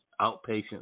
outpatient